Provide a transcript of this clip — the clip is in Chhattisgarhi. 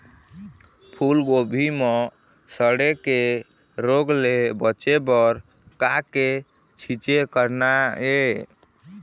फूलगोभी म सड़े के रोग ले बचे बर का के छींचे करना ये?